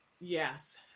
Yes